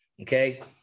okay